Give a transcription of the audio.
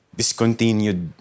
discontinued